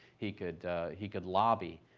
he could he could lobby,